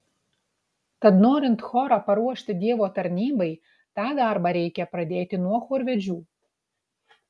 tad norint chorą paruošti dievo tarnybai tą darbą reikia pradėti nuo chorvedžių